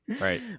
Right